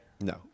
No